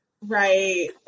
right